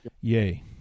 yay